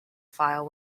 file